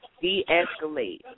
de-escalate